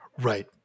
right